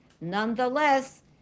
Nonetheless